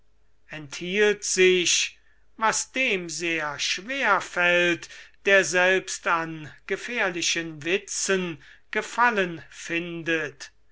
enthielt sich was dem sehr schwer fällt der selbst an gefährlichen witzen gefallen findet